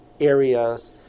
areas